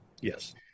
Yes